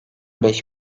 beş